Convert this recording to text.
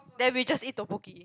then we just eat tteokbokki